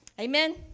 Amen